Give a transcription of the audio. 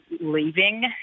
leaving